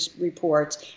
reports